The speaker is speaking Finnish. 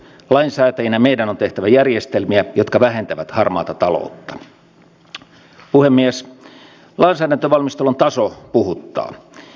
ne jotka tänne suomeen jäävät ovat sitten eri asia heitä kotiutetaan